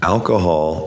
Alcohol